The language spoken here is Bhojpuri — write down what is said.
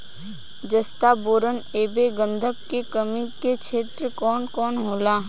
जस्ता बोरान ऐब गंधक के कमी के क्षेत्र कौन कौनहोला?